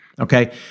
Okay